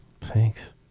thanks